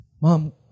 Mom